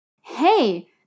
Hey